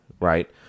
Right